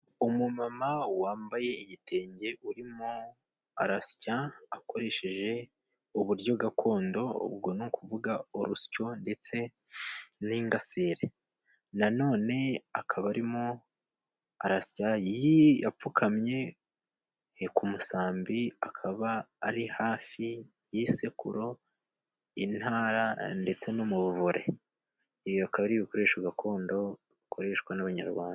Umumama wambaye igitenge urimo arasya, akoresheje uburyo gakondo, ubwo ni kuvuga urusyo ndetse n'ingasire. Na none akaba arimo arasya yapfukamye ku musambi, akaba ari hafi y'isekuru, intara ndetse n'umuvure. Ibi bikaba ari ibikore gakondo bikoreshwa n'abanyarwanda.